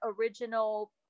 original